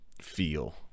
feel